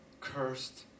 cursed